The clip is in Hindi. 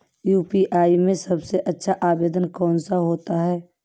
यू.पी.आई में सबसे अच्छा आवेदन कौन सा होता है?